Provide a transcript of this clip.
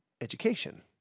education